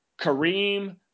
Kareem –